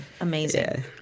Amazing